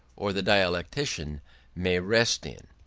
or the dialectician may rest in.